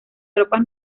tropas